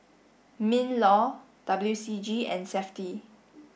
MINLAW W C G and SAFTI